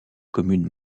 communes